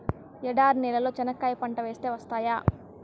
ఎడారి నేలలో చెనక్కాయ పంట వేస్తే వస్తాయా?